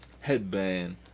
headband